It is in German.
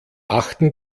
achten